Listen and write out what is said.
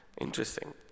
Interesting